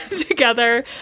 together